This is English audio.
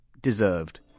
deserved